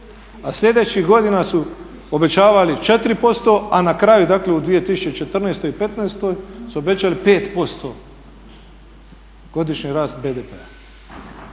a sljedećih godina su obećavali 4%, a na kraju, dakle u 2014. i 2015. su obećali 5% godišnji rast BDP-a.